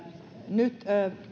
nyt